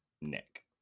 Nick